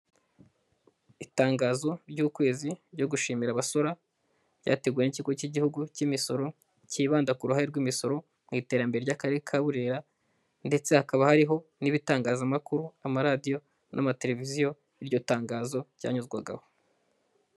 Itangazo ry'ukwezi ryo gushimira abasora ryateguwe n'ikigo cy'igihugu cy'imisoro cyibanda ku ruhare rw'imisoro mu iterambere ry'akarere ka Burera ndetse hakaba hariho n'ibitangazamakuru, amaradiyo n'amateleviziyo iryo tangazo ryanyuzwagaho.